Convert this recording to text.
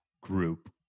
group